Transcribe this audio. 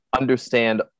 understand